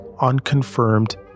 unconfirmed